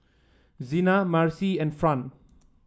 Zena Marcie and Fran